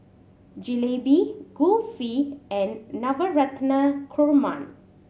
Jalebi Kulfi and Navratan Korma